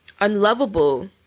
unlovable